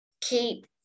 keep